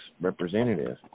representative